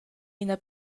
ina